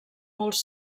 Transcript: molts